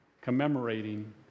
commemorating